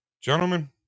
Gentlemen